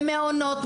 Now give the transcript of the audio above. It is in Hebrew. במעונות,